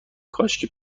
کاشکی